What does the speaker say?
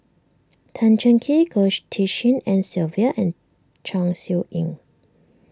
Tan Cheng Kee Goh Tshin En Sylvia and Chong Siew Ying